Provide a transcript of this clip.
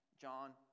John